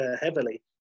heavily